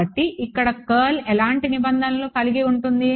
కాబట్టి ఇక్కడ కర్ల్ ఎలాంటి నిబంధనలను కలిగి ఉంటుంది